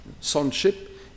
Sonship